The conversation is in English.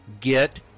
get